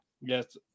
yes